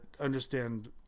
understand